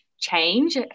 change